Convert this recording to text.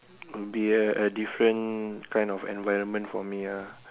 would be a a different kind of environment for me ah